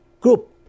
group